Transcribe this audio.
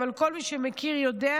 אבל כל מי שמכיר יודע.